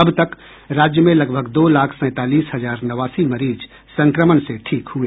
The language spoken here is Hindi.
अब तक राज्य में लगभग दो लाख सैंतालीस हजार नवासी मरीज संक्रमण से ठीक हुए